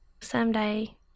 someday